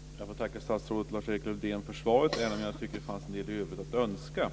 Fru talman! Jag tackar statsrådet Lars-Erik Lövdén för svaret, även om jag tycker att det finns en del övrigt att önska.